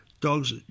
dogs